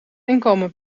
inkomen